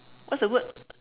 what's the word